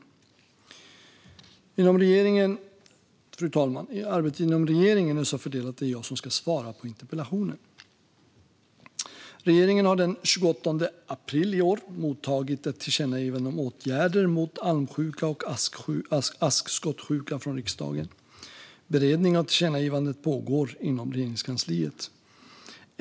Arbetet inom regeringen, fru talman, är så fördelat att det är jag som ska svara på interpellationen. Regeringen har den 28 april i år mottagit ett tillkännagivande om åtgärder mot almsjuka och askskottsjuka från riksdagen. Beredning av tillkännagivandet pågår inom Regeringskansliet.